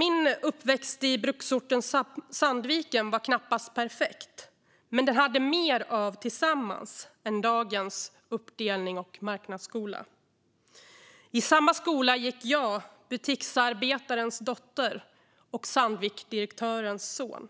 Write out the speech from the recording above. Min uppväxt i bruksorten Sandviken var knappast perfekt, men den hade mer av tillsammans än dagens uppdelning och marknadsskola. I samma skola gick jag, butiksarbetarens dotter, och Sandvikdirektörens son.